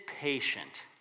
patient